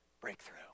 breakthrough